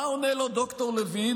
מה עונה לו ד"ר לוין?